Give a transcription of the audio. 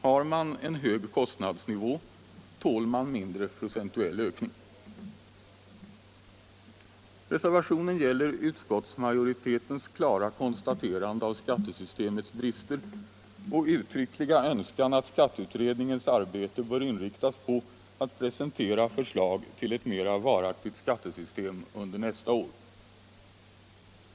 Har man en hög kostnadsnivå tål man mindre i procentuell ökning. Reservationen gäller utskottsmajoritetens klara konstaterande av skattesystemets brister och uttryckliga önskan, att skatteutredningens arbete bör inriktas på att presentera förslag till ett mera varaktigt skattesystem under nästa år.